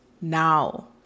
now